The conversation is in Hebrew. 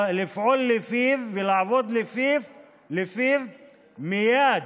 לפעול לפיו ולעבוד לפיו מייד,